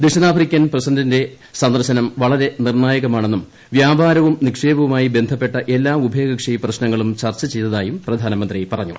ദക്ഷിണാഫ്രിക്കൻ സന്ദർശനം വളരെ നിർണ്ണായകമാണെന്നും വ്യാപാരവും നിക്ഷേപവുമായി ബന്ധപ്പെട്ട എല്ലാ ഉഭയകക്ഷി പ്രശ്നങ്ങളും ചർച്ചചെയ്തതായും പ്രധാനമന്ത്രി പറഞ്ഞു